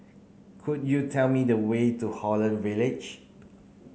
could you tell me the way to Holland Village